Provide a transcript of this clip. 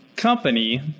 company